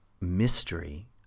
mystery